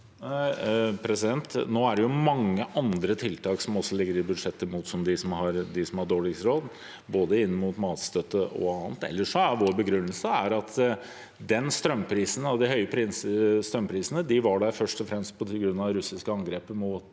Nå er det jo mange andre tiltak som også ligger i budsjettet mot dem som har dårligst råd, både inn mot matstøtte og annet. Vår begrunnelse er at de høye strømprisene først og fremst er på grunn av det russiske angrepet mot